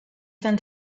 went